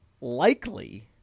likely